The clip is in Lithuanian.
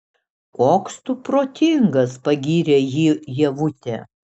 koks tu protingas pagyrė jį ievutė